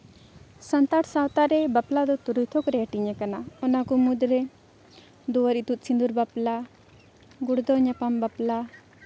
ᱥᱟᱱᱛᱟᱲ ᱥᱟᱶᱛᱟ ᱨᱮ ᱵᱟᱯᱞᱟ ᱫᱚ ᱛᱩᱨᱩᱭ ᱛᱷᱚᱠᱨᱮ ᱦᱟᱹᱴᱤᱧ ᱠᱟᱱᱟ ᱚᱱᱟ ᱠᱚ ᱢᱩᱫᱽᱨᱮ ᱫᱩᱣᱟᱹᱨ ᱤᱛᱩᱫ ᱥᱤᱸᱫᱩᱨ ᱵᱟᱯᱞᱟ ᱜᱩᱲᱫᱟᱹ ᱧᱟᱯᱟᱢ ᱵᱟᱯᱞᱟ